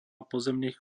pozemných